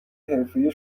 حرفهای